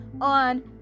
on